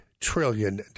trillion